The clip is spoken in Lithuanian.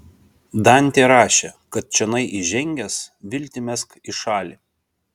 dantė rašė kad čionai įžengęs viltį mesk į šalį